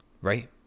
right